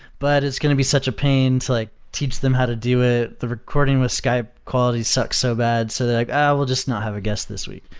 but it's going to be such a pain to like teach them how to do it, the recording with skype quality sucks so bad. so they're like, oh, we'll just not have a guest this week.